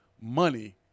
money